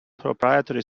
proprietary